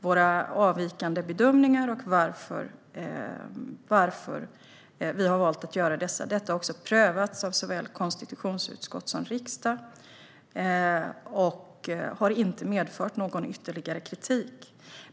våra avvikande bedömningar och varför vi har valt att göra dem. Detta har också prövats av såväl konstitutionsutskott som riksdag och har inte medfört någon ytterligare kritik.